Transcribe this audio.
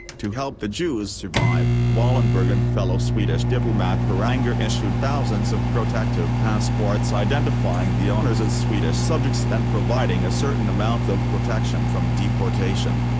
to help the jews survive, wallenberg and fellow swedish diplomat per anger issued thousands of protective passports identifying the owners as swedish subjects and providing a certain amount of protection from deportation.